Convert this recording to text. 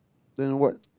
then what